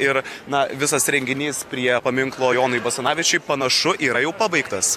ir na visas renginys prie paminklo jonui basanavičiui panašu yra jau pabaigtas